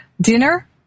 dinner